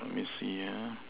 let me see ah